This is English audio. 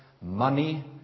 Money